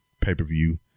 pay-per-view